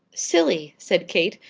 silly, said kate.